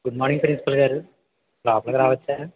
good morning ప్రిన్సిపల్గారు లోపలికి రావచ్చా